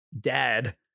dad